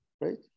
right